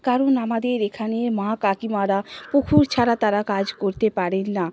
কারণ আমাদের এখানের মা কাকিমারা পুকুর ছাড়া তারা কাজ করতে পারেন না